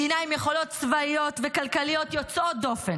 מדינה עם יכולות צבאיות וכלכליות יוצאות דופן,